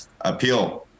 appeal